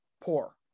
poor